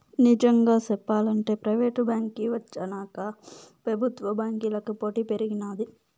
నిజంగా సెప్పాలంటే ప్రైవేటు బాంకీ వచ్చినాక పెబుత్వ బాంకీలకి పోటీ పెరిగినాది